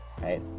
right